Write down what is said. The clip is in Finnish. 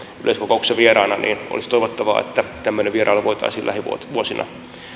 yleiskokouksessa vieraana niin että olisi toivottavaa että tämmöinen vierailu voitaisiin lähivuosina